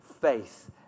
faith